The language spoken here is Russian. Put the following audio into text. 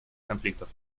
конфликтов